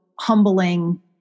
humbling